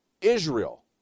Israel